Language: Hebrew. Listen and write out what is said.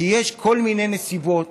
כי יש כל מיני נסיבות